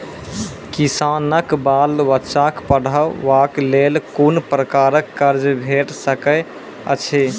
किसानक बाल बच्चाक पढ़वाक लेल कून प्रकारक कर्ज भेट सकैत अछि?